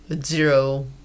zero